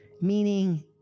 meaning